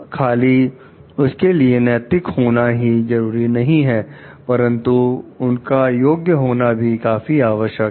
खाली उनके लिए नैतिक होना ही जरूरी नहीं है परंतु उनका योग्य होना भी काफी आवश्यक है